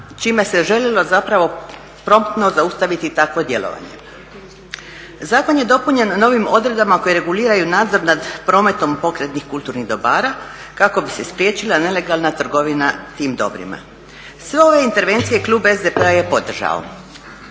čime se željelo zapravo promptno zaustaviti takvo djelovanje. Zakon je dopunjen novim odredbama koje reguliraju nadzor nad prometom pokretnih kulturnih dobara kako bi se spriječila nelegalna trgovina tim dobrima. Sve ove intervencije klub SDP-a je podržao.